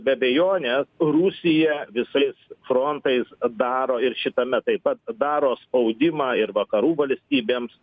be abejonės rusija visais frontais daro ir šitame taip pat daro spaudimą ir vakarų valstybėms